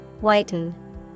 whiten